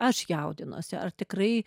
aš jaudinuosi ar tikrai